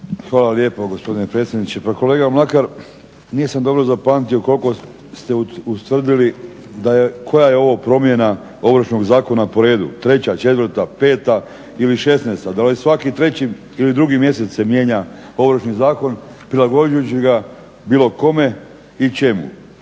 Hvala lijepo gospodine predsjedniče. Pa kolega Mlakar, nisam dobro zapamtio koliko ste ustvrdili koja je ovo promjena Ovršnog zakona po redu, treća, četvrta, peta ili šesnaesta. Da li svaki treći ili drugi mjesec se mijenja Ovršni zakon prilagođujući ga bilo kome i čemu.